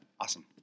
Awesome